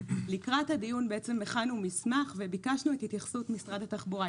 לקראת הדיון הכנו מסמך וביקשנו את התייחסות משרד התחבורה,